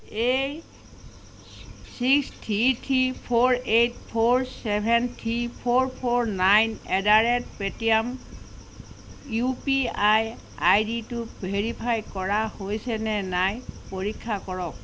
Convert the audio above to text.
এই six three three four eight four seven three four four nine at the rate Paytm UPI আইডিটো verify কৰা হৈছেনে নাই পৰীক্ষা কৰক